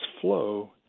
flow